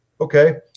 Okay